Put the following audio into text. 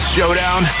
Showdown